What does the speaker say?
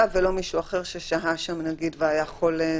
ולא מישהו אחר ששהה שם נגיד והיה חולה.